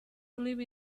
believe